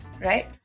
right